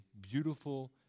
beautiful